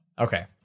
Okay